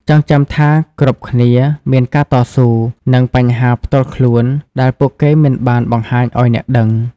ចងចាំថាគ្រប់គ្នាមានការតស៊ូ និងបញ្ហាផ្ទាល់ខ្លួន ដែលពួកគេមិនបានបង្ហាញឲ្យអ្នកដឹង។